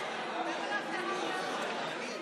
חברות וחברי הכנסת,